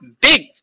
big